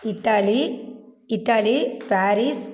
Italy Italy Paris